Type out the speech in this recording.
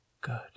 Good